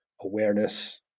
awareness